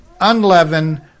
unleavened